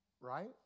right